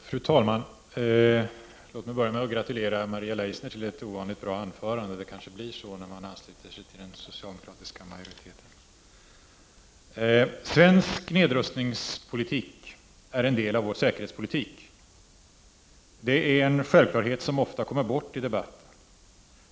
Fru talman! Låt mig börja med att gratulera Maria Leissner till ett ovanligt bra anförande. Det kanske blir så när man ansluter sig till den socialdemokratiska majoriteten. Svensk nedrustningspolitik är en del av vår säkerhetspolitik. Det är en självklarhet som ofta kommer bort i debatten.